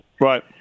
Right